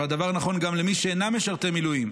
והדבר נכון גם למי שאינם משרתי מילואים,